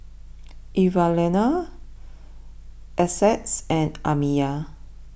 Evalena Essex and Amiya